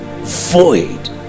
void